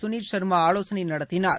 சுனீத் சர்மா ஆலோசனை நடத்தினார்